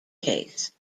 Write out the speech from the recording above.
case